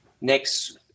next